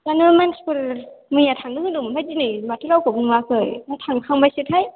जानो मानसिफोर मैया थांदों होन्दोंमोन ओमफ्राय दिनै माथो रावखौबो नुवाखै ना थांखांबायसोथाय